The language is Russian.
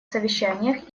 совещаниях